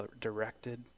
directed